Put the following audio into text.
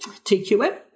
TQM